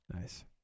Nice